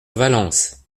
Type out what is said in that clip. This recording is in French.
valence